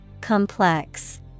Complex